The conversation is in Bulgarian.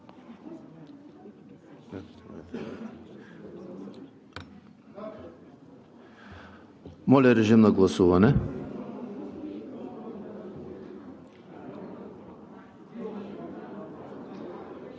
Моля, режим на гласуване